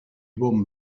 bon